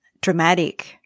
dramatic